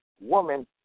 woman